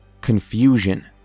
confusion